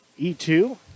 E2